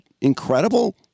incredible